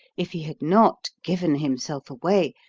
if he had not given himself away,